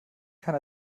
kann